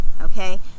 Okay